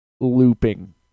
looping